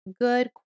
good